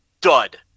dud